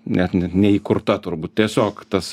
net net neįkurta turbūt tiesiog tas